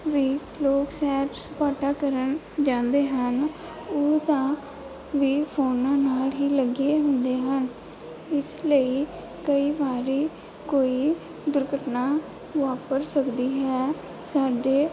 ਵੀ ਲੋਕ ਸਪਾਟਾ ਕਰਨ ਜਾਂਦੇ ਹਨ ਉਹ ਤਾਂ ਵੀ ਫੋਨਾਂ ਨਾਲ ਹੀ ਲੱਗੇ ਹੁੰਦੇ ਹਨ ਇਸ ਲਈ ਕਈ ਵਾਰੀ ਕੋਈ ਦੁਰਘਟਨਾ ਵਾਪਰ ਸਕਦੀ ਹੈ ਸਾਡੇ